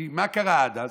כי מה קרה עד אז?